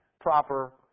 proper